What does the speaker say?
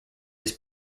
his